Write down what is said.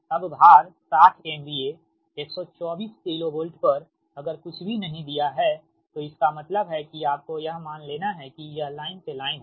अब भार 60 MVA 124 KV पर अगर कुछ भी नहीं दिया है तो इसका मतलब है कि आपको यह मान लेना है कि यह लाइन से लाइन है